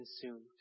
consumed